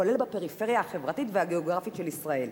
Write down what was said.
כולל בפריפריה החברתית והגיאוגרפית של ישראל".